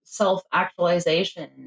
self-actualization